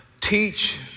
Teach